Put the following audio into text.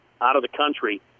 out-of-the-country